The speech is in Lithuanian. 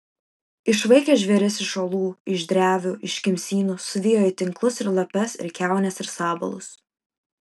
išvaikė žvėris iš olų iš drevių iš kimsynų suvijo į tinklus ir lapes ir kiaunes ir sabalus